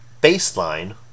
baseline